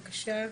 בבקשה.